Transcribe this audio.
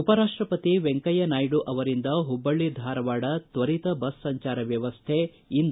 ಉಪರಾಷ್ಷಪತಿ ವೆಂಕಯ್ಯ ನಾಯ್ದ ಅವರಿಂದ ಹುಬ್ಬಳ್ಳಿ ಧಾರವಾಡ ತ್ತರಿತ ಬಸ್ ಸಂಚಾರ ವ್ಯವಸ್ಥೆ ಇಂದು